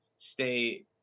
stay